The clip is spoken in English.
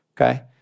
okay